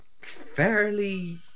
fairly